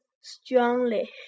strongly